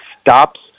stops